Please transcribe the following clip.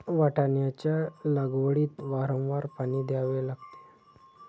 वाटाण्याच्या लागवडीत वारंवार पाणी द्यावे लागते